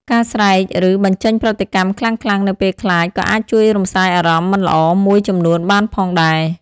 ការស្រែកឬបញ្ចេញប្រតិកម្មខ្លាំងៗនៅពេលខ្លាចក៏អាចជួយរំសាយអារម្មណ៍មិនល្អមួយចំនួនបានផងដែរ។